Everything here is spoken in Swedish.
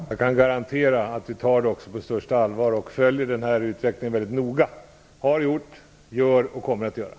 Herr talman! Jag kan garantera att vi tar oron på största allvar och att vi följer utvecklingen väldigt noga. Det har vi gjort, det gör vi och det kommer vi att göra.